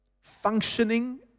functioning